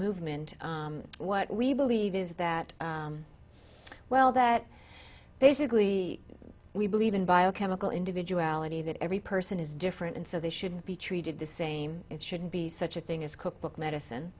movement what we believe is that well that basically we believe in biochemical individuality that every person is different and so they should be treated the same it shouldn't be such a thing as cookbook medicine